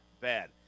bad